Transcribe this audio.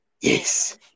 Yes